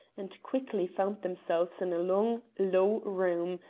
and quickly found themselves in a long, low room,